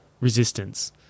resistance